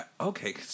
Okay